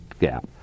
gap